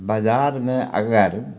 बाजारमे अगर